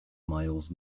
miles